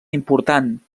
important